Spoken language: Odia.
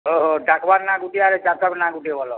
ଓହୋ ଡ଼ାକବାର୍ ନାଁ ଗୁଟେ ଆର୍ ଜାତକ୍ ନାଁ ଗୁଟେ ବଲ